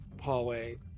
hallway